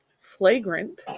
flagrant